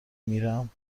میرم